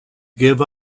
give